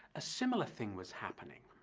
a similar thing was happening.